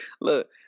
Look